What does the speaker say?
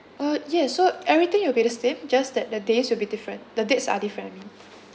uh yes so everything will be the same just that the days will be different the dates are different I mean